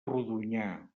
rodonyà